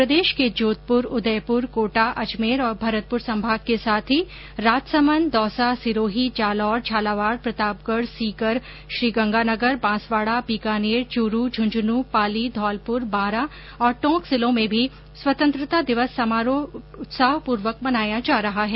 प्रदेश के जोधपुर उदयपुर कोटा अजमेर और भरतपुर संभाग के साथ ही राजसमंद दौसा सिरोही जालौर झालावाड़ प्रतापगढ़ सीकर श्रीगंगानगर बांसवाड़ा बीकानेर चूरू झुंझुनूं पाली धौलपुर बारां और टोंक जिलों में भी स्वतंत्रता दिवस समारोह उत्साहपूर्वक मनाया जा रहा है